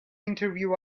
interview